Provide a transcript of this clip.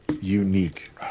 unique